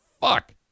fuck